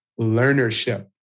Learnership